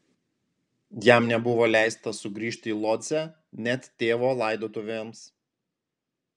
jam nebuvo leista sugrįžti į lodzę net tėvo laidotuvėms